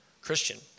Christian